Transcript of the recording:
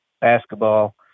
basketball